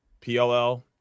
pll